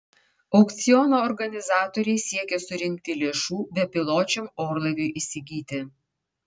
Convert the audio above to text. aukciono organizatoriai siekia surinkti lėšų bepiločiam orlaiviui įsigyti